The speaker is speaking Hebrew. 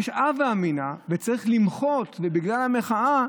ויש הווה אמינא, וצריך למחות, ובגלל המחאה